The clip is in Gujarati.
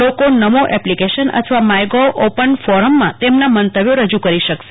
લોકો નમો એપ્લીકશન અથવા માય ગો ઓપન ફોરમમાં તેમના મંતવ્યો રજુ કરી શકશે